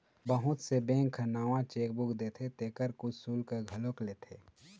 बहुत से बेंक ह नवा चेकबूक देथे तेखर कुछ सुल्क घलोक लेथे